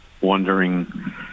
wondering